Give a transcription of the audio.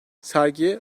sergi